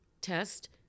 test